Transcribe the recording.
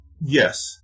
yes